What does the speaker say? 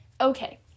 Okay